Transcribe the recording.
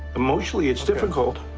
emotionally, it's difficult.